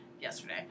yesterday